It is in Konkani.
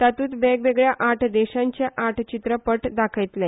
तातूंत वेगवेगळ्या आट देशांचे आठ चित्रपट दाखयतले